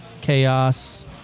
chaos